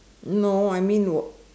no I mean were